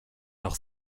noch